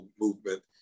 movement